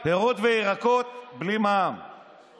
הצעת החוק מבקשת להשוות את תנאיהם של פעילי עלייה אשר